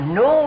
no